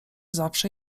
zawsze